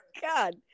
god